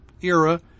era